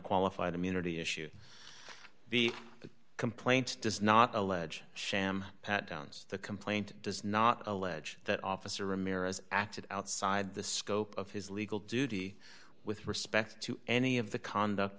qualified immunity issue the complaint does not allege sham pat downs the complaint does not allege that officer ramirez acted outside the scope of his legal duty with respect to any of the conduct